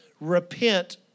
Repent